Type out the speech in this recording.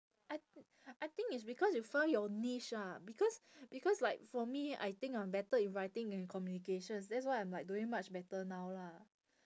I I think it's because you found your niche ah because because like for me I think I'm better in writing than in communications that's why I'm like doing much better now lah